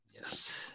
Yes